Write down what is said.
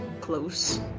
close